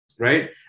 Right